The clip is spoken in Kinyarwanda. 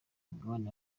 mugabane